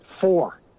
four